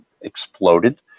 exploded